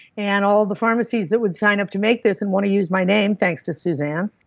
and all the pharmacies that would sign up to make this, and want to use my name thanks to suzanne,